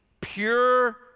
pure